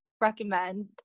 recommend